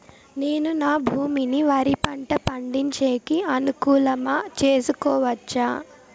నేను నా భూమిని వరి పంట పండించేకి అనుకూలమా చేసుకోవచ్చా?